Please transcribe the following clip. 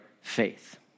faith